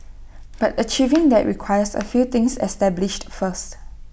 but achieving that requires A few things established first